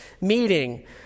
meeting